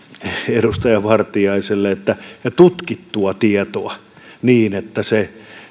edustaja vartiaiselle että on tutkittua tietoa siitä että se